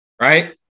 Right